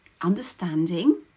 understanding